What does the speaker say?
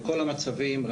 בכל המצבים.